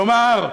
כלומר,